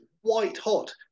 white-hot